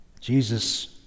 Jesus